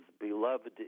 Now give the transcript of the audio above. beloved